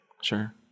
sure